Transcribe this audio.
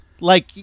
like-